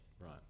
Right